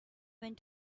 went